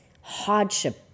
hardship